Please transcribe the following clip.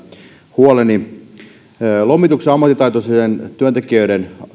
huoleni ammattitaitoisten työntekijöiden